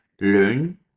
Learn